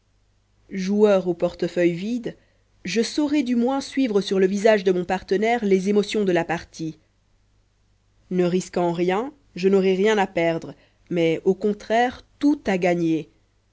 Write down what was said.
joueur au portefeuille vide je saurai du moins suivre sur le visage de mon partenaire les émotions de la partie ne risquant rien je n'aurai rien à perdre mais au contraire tout à gagner